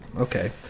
Okay